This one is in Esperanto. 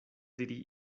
diri